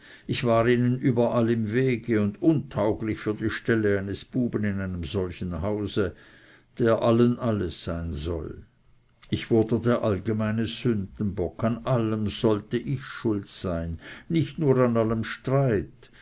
ich war ihnen überall im wege und untauglich für die stelle eines buben in einem solchen hause der allen alles sein soll ich wurde der allgemeine sündenbock an allem sollte ich schuld sein nicht nur an allem streit